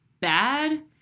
bad